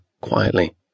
quietly